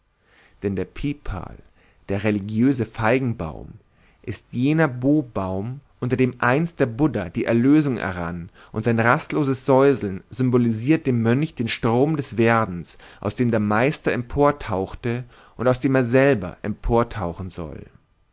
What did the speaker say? denn der pipal der religiöse feigenbaum ist jener bobaum unter dem einst der buddha die erlösung errang und sein rastloses säuseln symbolisiert dem mönch den strom des werdens aus dem der meister emportauchte und aus dem er selber emportauchen soll